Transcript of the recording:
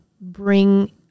bring